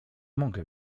mogę